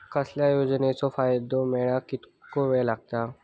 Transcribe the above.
कसल्याय योजनेचो फायदो मेळाक कितको वेळ लागत?